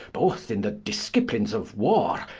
both in the disciplines of warre,